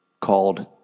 Called